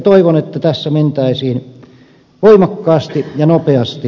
toivon että tässä mentäisiin voimakkaasti ja nopeasti